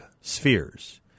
spheres